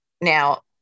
Now